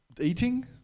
eating